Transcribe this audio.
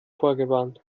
vorgewarnt